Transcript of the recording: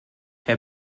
herr